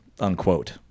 Unquote